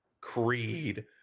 Creed